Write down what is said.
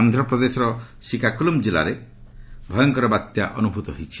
ଆନ୍ଧ୍ରପ୍ରଦେଶର ସିକାକୁଲମ ଜିଲ୍ଲାରେ ଭୟଙ୍କର ବାତ୍ୟା ଅନୁଭୂତ ହୋଇଛି